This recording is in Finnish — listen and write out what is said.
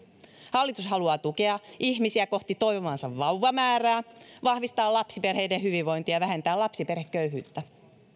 hallitus haluaa tukea ihmisiä kohti toivomaansa vauvamäärää vahvistaa lapsiperheiden hyvinvointia ja vähentää lapsiperheköyhyyttä